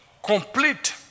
Complete